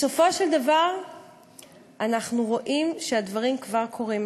בסופו של דבר אנחנו רואים שהדברים כבר קורים.